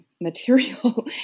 material